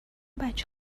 بچه